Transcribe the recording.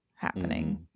happening